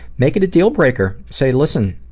make it a deal breaker, say listen